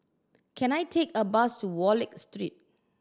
can I take a bus to Wallich Street